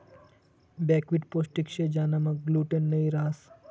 buckwheat पोष्टिक शे ज्यानामा ग्लूटेन नयी रहास